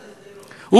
הוא,